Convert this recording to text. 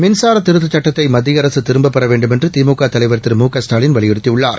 மின்சார திருத்தச் சட்டத்தை மத்திய அரசு திரும்பப்பெற வேண்டுமென்று திமுக தலைவா் திரு மு க ஸ்டாவின் வலியுறுத்தியுள்ளார்